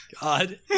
God